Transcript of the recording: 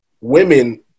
women